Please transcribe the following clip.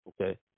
okay